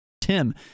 Tim